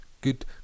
good